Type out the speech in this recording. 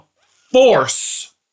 force